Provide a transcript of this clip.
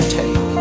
take